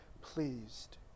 pleased